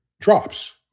drops